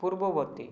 ପୂର୍ବବର୍ତ୍ତୀ